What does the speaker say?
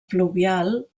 fluvial